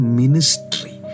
ministry